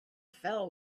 fell